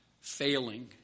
failing